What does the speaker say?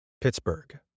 Pittsburgh